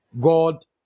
God